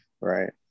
right